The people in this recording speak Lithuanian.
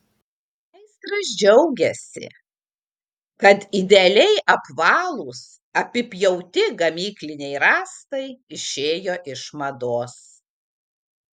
meistras džiaugiasi kad idealiai apvalūs apipjauti gamykliniai rąstai išėjo iš mados